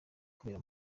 kubera